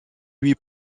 lui